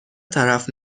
طرف